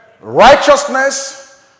Righteousness